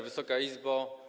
Wysoka Izbo!